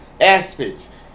aspects